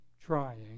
trying